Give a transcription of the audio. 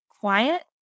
Quiet